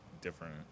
different